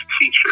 teacher